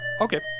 Okay